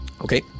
Okay